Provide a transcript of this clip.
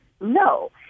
No